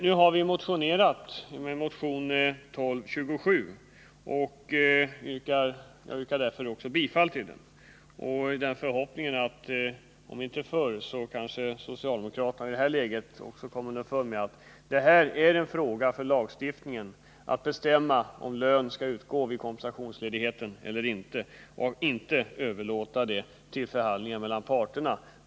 Jag yrkar därför bifall till vår motion 1227 i den förhoppningen att socialdemokraterna i det här läget också kommer underfund med att det i lag bör bestämmas att lön skall utgå vid kompensationsledighet. Detta kan man inte överlåta till förhandlingar mellan parterna.